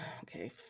okay